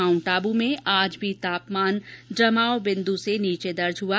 mount Abu में आज भी तापमान जमाव बिन्दु से नीचे दर्ज हुआ